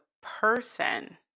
person